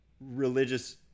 religious